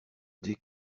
dès